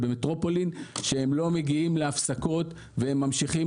שהם לא מגיעים להפסקות והם ממשיכים